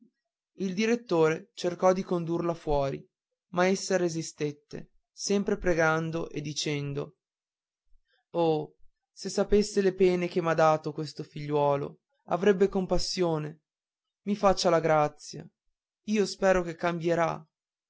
il direttore cercò di condurla fuori ma essa resistette sempre pregando e piangendo oh se sapesse le pene che m'ha dato questo figliuolo avrebbe compassione i faccia la grazia io spero che cambierà